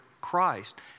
Christ